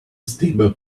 stable